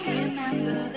remember